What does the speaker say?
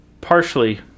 Partially